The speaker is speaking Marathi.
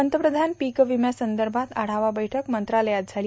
पंतप्रधान पिक विम्यासंदर्भात आढावा बैठक मंत्रालयात झाली